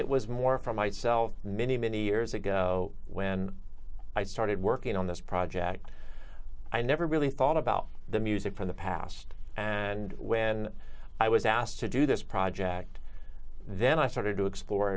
it was more from might sell many many years ago when i started working on this project i never really thought about the music from the past and when i was asked to do this project then i started to explore